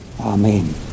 Amen